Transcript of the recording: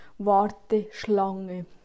Warteschlange